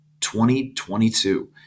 2022